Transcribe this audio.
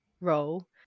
role